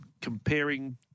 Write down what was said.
comparing